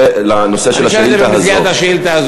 זה לנושא של השאילתה הזאת.